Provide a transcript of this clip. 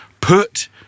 Put